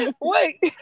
wait